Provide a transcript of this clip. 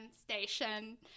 station